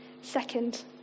Second